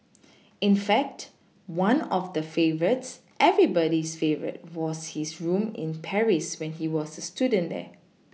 in fact one of the favourites everybody's favourite was his room in Paris when he was a student there